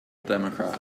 democrat